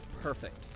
perfect